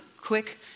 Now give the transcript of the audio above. quick